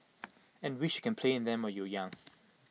and wish you can play in them when you young